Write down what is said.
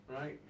right